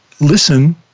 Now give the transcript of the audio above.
listen